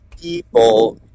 people